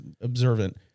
observant